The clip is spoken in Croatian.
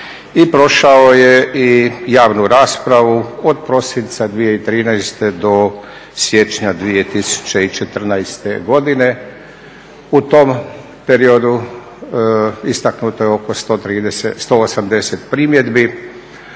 prošao je i javnu raspravu od prosinca 2013. do siječnja 2014. godine. U tom periodu istaknuto je oko 180 primjedbi,